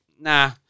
nah